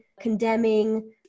condemning